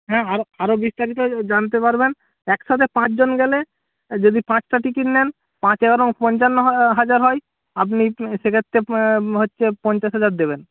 হ্যাঁ আরো আরো বিস্তারিত জানতে পারবেন একসাথে পাঁচজন গেলে যদি পাঁচটা টিকিট নেন পাঁচ এগারোং পঞ্চান্ন হাজার হয় আপনি সেক্ষেত্রে হচ্ছে পঞ্চাশ হাজার দেবেন